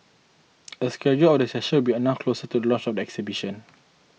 a schedule of the sessions will be announced closer to the launch of the exhibition